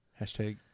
Hashtag